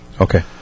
Okay